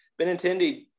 Benintendi